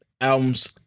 albums